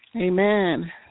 Amen